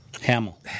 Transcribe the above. Hamill